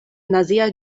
nazia